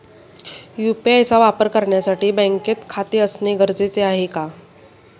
UPI चा वापर करण्यासाठी बँकेत खाते असणे गरजेचे आहे का?